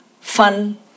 fun